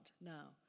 now